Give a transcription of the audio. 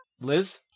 Liz